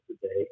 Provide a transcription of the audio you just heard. today